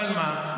אבל מה,